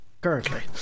currently